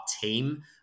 team